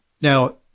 Now